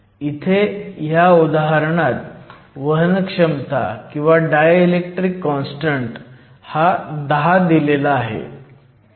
इथे ह्या उदाहरणात वहनक्षमता किंवा डायइलेक्ट्रिक कॉन्स्टंट हा 10 दिलेला आहे